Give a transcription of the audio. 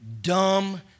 dumb